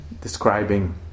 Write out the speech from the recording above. Describing